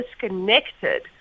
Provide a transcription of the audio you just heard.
disconnected